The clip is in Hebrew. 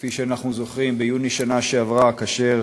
כפי שאנחנו זוכרים, ביוני שנה שעברה, כאשר